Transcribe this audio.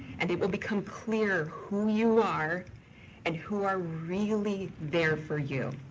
and it will become clear who you are and who are really there for you.